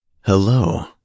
Hello